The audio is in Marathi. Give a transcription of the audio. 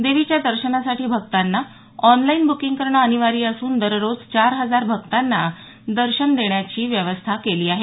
देवीच्या दर्शनासाठी भक्तांना ऑनलाईन ब्र्कींग करणं अनिवार्य असून दररोज चार हजार भक्तांना दर्शन देण्याची व्यवस्था केली आहे